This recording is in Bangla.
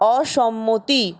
অসম্মতি